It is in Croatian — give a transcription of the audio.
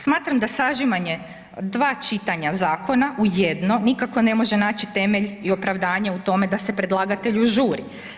Smatram da sažimanje 2 čitanja zakona u jedno nikako ne može naći temelj i opravdanje u tome da se predlagatelju žuri.